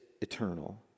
eternal